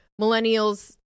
millennials